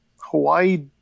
Hawaii